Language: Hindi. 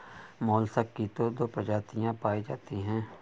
मोलसक की तो दो प्रजातियां पाई जाती है